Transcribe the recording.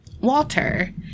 Walter